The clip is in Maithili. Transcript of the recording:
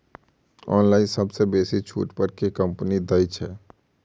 ऑनलाइन सबसँ बेसी छुट पर केँ कंपनी दइ छै?